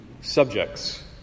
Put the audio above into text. subjects